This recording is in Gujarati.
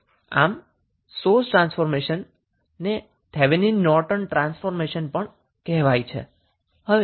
આમ સોર્સ ટ્રાન્સફોર્મેશન ને થેવેનીન નોર્ટન ટ્રાન્સફોર્મેશન પણ કહેવાય છે